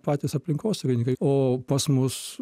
patys aplinkosaugininkai o pas mus